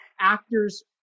actors